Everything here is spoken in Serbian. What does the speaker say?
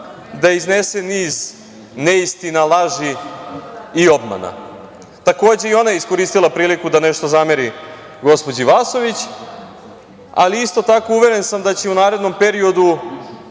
da iznese niz neistina, laži i obmana. Takođe je i ona iskoristila priliku da nešto zameri gospođi Vasović, ali isto tako sam uveren da će u narednom periodu